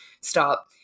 Stop